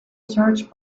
search